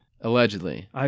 Allegedly